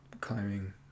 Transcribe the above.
climbing